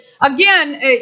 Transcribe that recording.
again